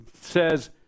says